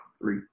Three